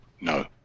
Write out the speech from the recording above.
No